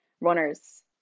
runners